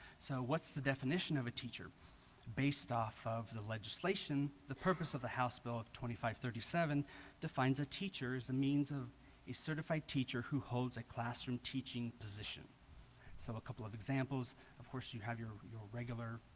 so what's the definition of a teacher based off of the legislation the purpose of the house bill of twenty five thirty seven defines a teacher as a means of a certified teacher who holds a classroom teaching position so a couple of examples of course you have your your regular